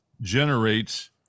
generates